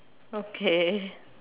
okay